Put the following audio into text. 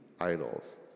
idols